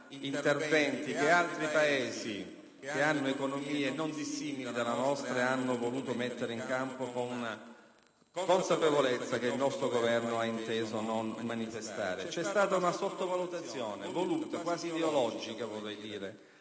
che altri Paesi, con economie non dissimili dalla nostra, hanno voluto mettere in campo con una consapevolezza che il nostro Governo ha inteso non manifestare. C'è stata una sottovalutazione voluta e, vorrei dire,